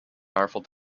powerful